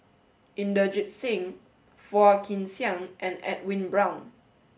Inderjit Singh Phua Kin Siang and Edwin Brown